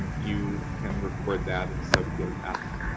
and you can record that in subfield f.